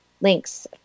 links